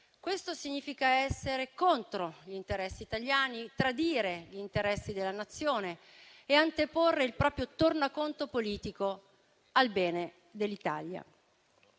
Questo significa essere contro gli interessi italiani, tradire gli interessi della Nazione e anteporre il proprio tornaconto politico al bene dell'Italia.